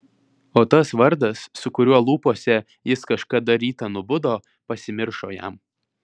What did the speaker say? o tas vardas su kuriuo lūpose jis kažkada rytą nubudo pasimiršo jam